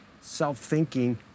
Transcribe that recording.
self-thinking